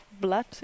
blood